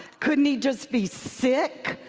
couldn't he just be sick?